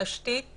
תשתית